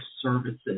services